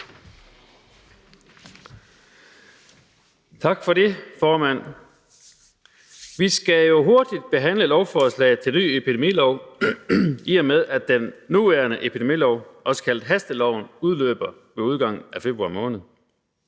Tak for det, formand. Vi skal jo hurtigt behandle forslaget til en ny epidemilov, i og med at den nuværende epidemilov, også kaldet hasteloven, udløber med udgangen af februar måned.